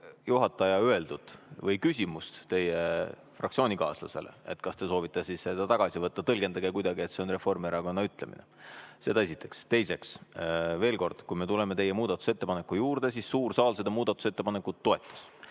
juhataja küsimust teie fraktsioonikaaslasele, et kas te soovite siis seda tagasi võtta, nii, et see on Reformierakonna soov. Seda esiteks. Teiseks, veel kord: kui me tuleme teie muudatusettepaneku juurde, siis suur saal seda muudatusettepanekut toetas.